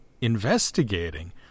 investigating